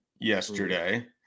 yesterday